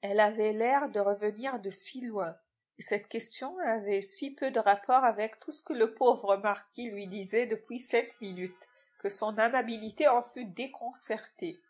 elle avait l'air de revenir de si loin et cette question avait si peu de rapport avec tout ce que le pauvre marquis lui disait depuis cinq minutes que son amabilité en fut déconcertée